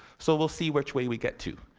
so we'll see which way we get to.